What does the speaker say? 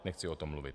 Nechci o tom mluvit.